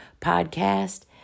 podcast